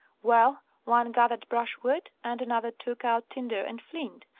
well, one gathered brushwood, and another took out tinder and flint,